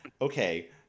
Okay